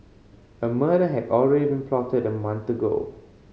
a murder had already been plotted a month ago